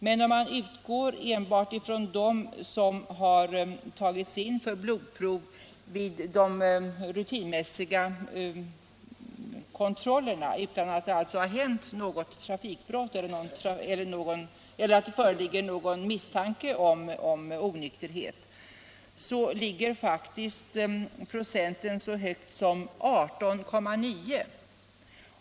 Men om man utgår enbart från dem som tagits in för blodprov vid de rutinmässiga kontrollerna — som alltså gjorts utan att det hänt någon olycka eller varit fråga om något trafikbrott — är procenttalet faktiskt så högt som 18,9.